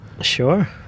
Sure